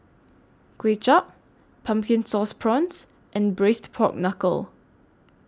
Kuay Chap Pumpkin Sauce Prawns and Braised Pork Knuckle